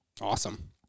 awesome